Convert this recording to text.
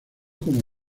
como